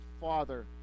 father